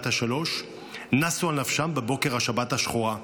השלוש נסו על נפשם בבוקר השבת השחורה.